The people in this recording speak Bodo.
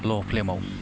ल' फ्लेमाव